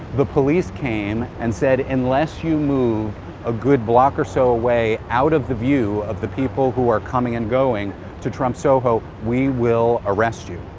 the police came and said, unless you move a good block or so away out of the view of the people who are coming and going to trump soho, we will arrest you,